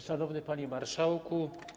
Szanowny Panie Marszałku!